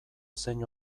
zein